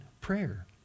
prayer